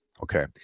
Okay